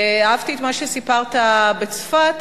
ואהבתי את מה שסיפרת על צפת,